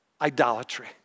idolatry